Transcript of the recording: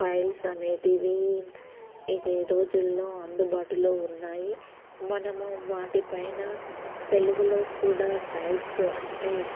files అనేటివి ఇది ఈ రోజుల్లో అందుబాటులో ఉన్నాయి మనము వాటిపైన తెలుగులో కూడా టైప్ అంటే